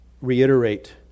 reiterate